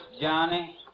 Johnny